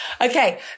Okay